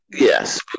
yes